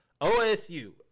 OSU